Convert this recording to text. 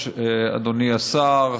אדוני השר,